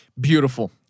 Beautiful